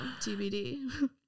TBD